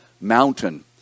mountain